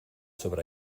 sobre